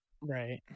Right